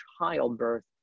childbirth